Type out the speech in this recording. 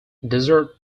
desert